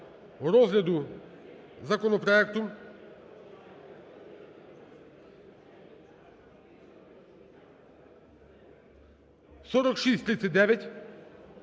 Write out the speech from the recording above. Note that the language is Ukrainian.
до розгляду законопроекту 4639.